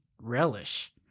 relish